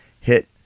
hit